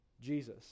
Jesus